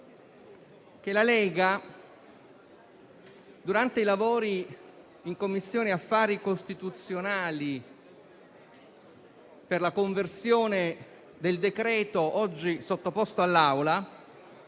che la Lega, durante i lavori in Commissione affari costituzionali per la conversione del decreto-legge oggi sottoposto all'esame